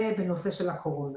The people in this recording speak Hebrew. זה בנושא הקורונה.